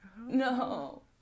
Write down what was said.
No